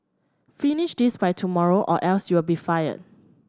finish this by tomorrow or else you'll be fired